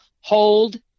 hold